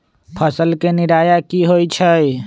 फसल के निराया की होइ छई?